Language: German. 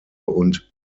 und